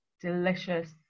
delicious